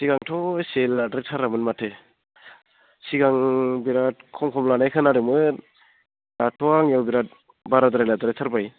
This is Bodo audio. सिगांथ' एसे लाद्राय थारामोन माथो सिगां बिराद खम खम लानाय खोनादोंमोन दाथ' आंनियाव बिराद बाराद्राय लाद्राय थारबाय